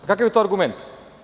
Kakav je to argument?